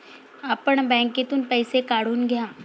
आपण बँकेतून पैसे काढून घ्या